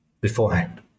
beforehand